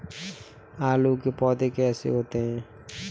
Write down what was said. आलू के पौधे कैसे होते हैं?